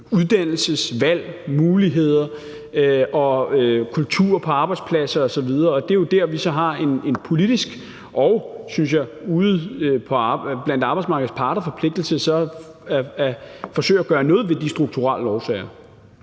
uddannelsesvalg og -muligheder og kultur på arbejdspladser osv., og det er jo der, vi så har en politisk forpligtelse til, synes jeg, ud over arbejdsmarkedets parter, at forsøge at gøre noget ved de strukturelle årsager.